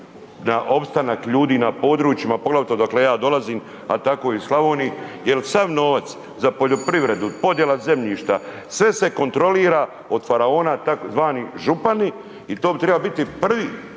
na opstanak ljudi na područjima, poglavito odakle ja dolazim, a tako i u Slavoniji jer sav novac za poljoprivredu, podjela zemljišta, sve se kontrolira od faraona tzv. župani i to treba biti prvi